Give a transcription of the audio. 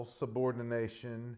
subordination